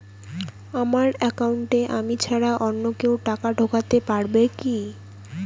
আমার একাউন্টে আমি ছাড়া অন্য কেউ টাকা ঢোকাতে পারবে কি?